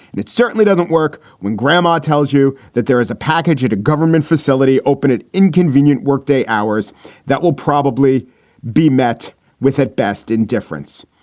and it certainly doesn't work when grandma tells you that there is a package at a government facility open at inconvenient workday hours that will probably be met with, at best, indifference.